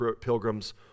pilgrims